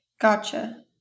gotcha